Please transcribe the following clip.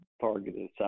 targeted